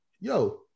yo